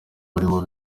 barimo